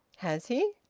has he.